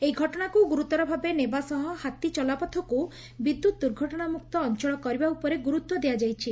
ଏହି ଘଟଣାକୁ ଗୁରୁତର ଭାବେ ନେବା ସହ ହାତୀ ଚଲାପଥକୁ ବିଦ୍ୟତ୍ ଦୁର୍ଘଟଣାମୁକ୍ତ ଅଅଳ କରିବା ଉପରେ ଗୁରୁତ୍ ଦିଆଯାଇଛି